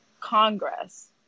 Congress